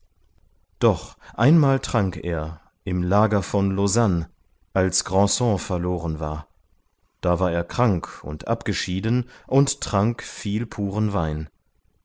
doch einmal trank er im lager vor lausanne als granson verloren war da war er krank und abgeschieden und trank viel puren wein